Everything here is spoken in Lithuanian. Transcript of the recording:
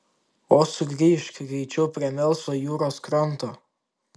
o sugrįžk greičiau prie melsvo jūros kranto